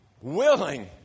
willing